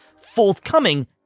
forthcoming